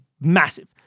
massive